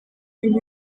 ibintu